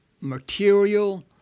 material